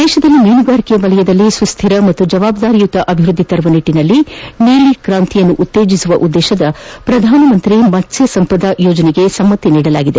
ದೇಶದಲ್ಲಿ ಮೀನುಗಾರಿಕೆ ವಲಯದಲ್ಲಿ ಸುಸ್ತಿರ ಹಾಗೂ ಜವಾಬ್ದಾರಿಯುತ ಅಭಿವೃದ್ದಿ ನಿಟ್ಟಿನಲ್ಲಿ ನೀಲಿಕ್ರಾಂತಿಯನ್ನು ಉತ್ತೇಜಿಸುವ ಉದ್ದೇಶದ ಪ್ರಧಾನಮಂತ್ರಿ ಮತ್ಸ್ಲ ಸಂಪದ ಯೋಜನೆಗೆ ಒಪ್ಪಿಗೆ ನೀಡಲಾಗಿದೆ